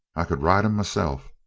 i could ride him myself.